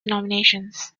denominations